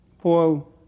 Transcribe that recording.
Paul